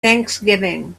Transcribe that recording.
thanksgiving